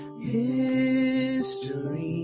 history